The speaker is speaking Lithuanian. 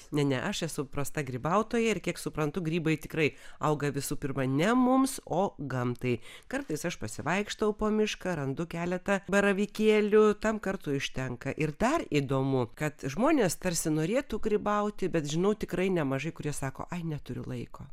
ne ne aš esu prasta grybautoja ir kiek suprantu grybai tikrai auga visų pirma ne mums o gamtai kartais aš pasivaikštau po mišką randu keletą baravykėlių tam kartui užtenka ir dar įdomu kad žmonės tarsi norėtų grybauti bet žinau tikrai nemažai kurie sako neturiu laiko